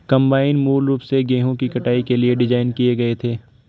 combine मूल रूप से गेहूं की कटाई के लिए डिज़ाइन किए गए थे